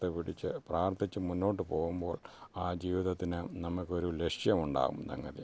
പ്രാർത്ഥിച്ചു മുൻപോട്ടു പോകുമ്പോൾ ആ ജീവിതത്തിന് നമുക്കൊരു ലക്ഷ്യമുണ്ടാകും അങ്ങനെ